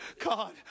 God